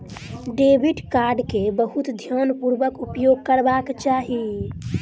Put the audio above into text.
debit card के बहुत ध्यानपूर्वक उपयोग करबाक चाही